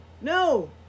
no